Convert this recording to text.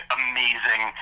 amazing